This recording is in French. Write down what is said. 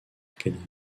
academy